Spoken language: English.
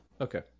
Okay